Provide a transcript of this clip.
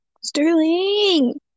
Sterling